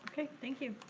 okay, thank you.